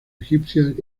egipcias